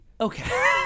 Okay